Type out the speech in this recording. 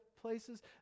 places